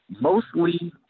mostly